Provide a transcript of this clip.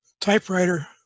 typewriter